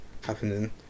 happening